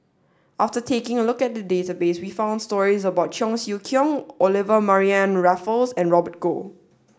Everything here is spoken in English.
after taking a look at the database we found stories about Cheong Siew Keong Olivia Mariamne Raffles and Robert Goh